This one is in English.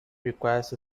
requires